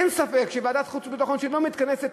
אין ספק שוועדת חוץ וביטחון שלא מתכנסת,